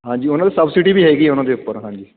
ਹਾਂਜੀ ਉਹਨਾਂ ਦੇ ਸਬਸਿਡੀ ਵੀ ਹੈਗੀ ਉਹਨਾਂ ਦੇ ਉੱਪਰ ਹਾਂਜੀ